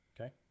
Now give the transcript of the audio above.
Okay